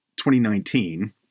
2019